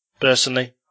personally